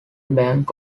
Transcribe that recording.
bank